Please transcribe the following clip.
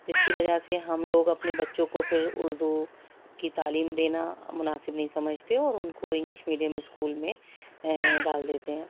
جس کی وجہ سے ہم لوگ اپنے بچوں کو پھر اردو کی تعلیم دینا مناسب نہیں سمجھتے اور ان کو انگلش میڈیم اسکول میں ڈال دیتے ہیں